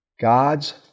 God's